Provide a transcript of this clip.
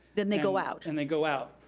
then they go out. and they go out.